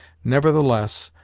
nevertheless,